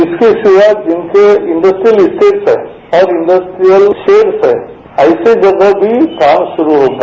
इसके सिवा जिनके इंडस्ट्रीयल स्टे्टस है और इंडस्ट्रीयल शेड्स हैं ऐसी जगह भी काम शुरू होगा